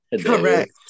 Correct